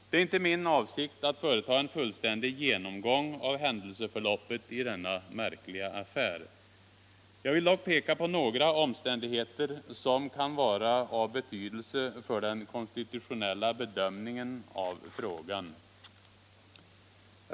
Det är inte min avsikt att företa en fullständig genomgång av händelseförloppet i denna märkliga affär. Jag vill dock peka på några omständigheter som kan vara av betydelse för den konstitutionella bedömningen av frågan.